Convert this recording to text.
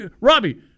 Robbie